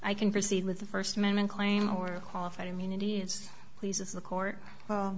i can proceed with the first amendment claim or qualified immunity please as the court